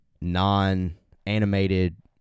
non-animated